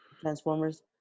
Transformers